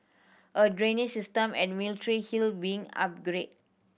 a drainage system at Military Hill being upgraded